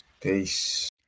Peace